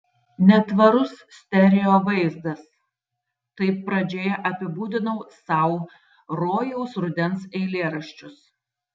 netvarus stereo vaizdas taip pradžioje apibūdinau sau rojaus rudens eilėraščius